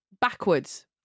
backwards